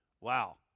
Wow